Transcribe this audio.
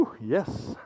yes